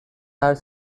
are